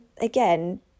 again